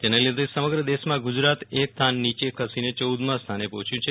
તેના લીધે સમગ્ર દેશમાં ગુજરાત એક સ્થાન નીચે ખસીને ચૌદમાં સ્થાને પર્હોચ્યુ છે